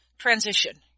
Transition